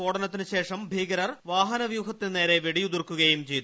സ്ഫോടനത്തിനുശേഷം ഭീകരർ വാഹനവ്യൂഹത്തിനു നേരെ വെടിയുതിർക്കുകയും ചെയ്തു